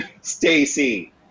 Stacy